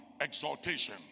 exaltation